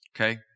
okay